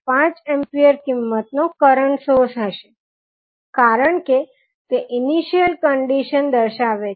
5 ampere કિંમતનો current source હશે કારણ કે તે ઇનીશીયલ કંડીશન દર્શાવે છે